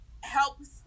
helps